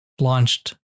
launched